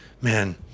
man